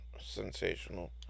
sensational